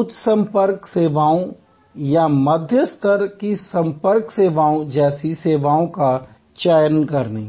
उच्च संपर्क सेवाओं या मध्यम स्तर की संपर्क सेवाओं जैसी सेवाओं का चयन करें